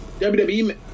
WWE